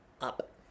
Up